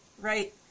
Right